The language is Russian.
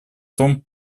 том